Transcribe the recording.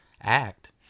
act